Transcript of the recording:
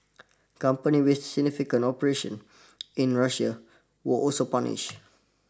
companies with significant operations in Russia were also punished